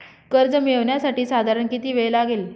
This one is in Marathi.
कर्ज मिळविण्यासाठी साधारण किती वेळ लागेल?